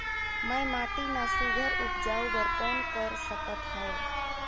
मैं माटी मा सुघ्घर उपजाऊ बर कौन कर सकत हवो?